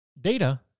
data